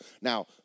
Now